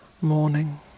morning